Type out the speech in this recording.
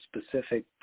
specific